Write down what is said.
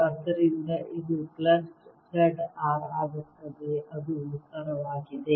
ಆದ್ದರಿಂದ ಇದು plus z R ಆಗುತ್ತದೆ ಅದು ಉತ್ತರವಾಗಿದೆ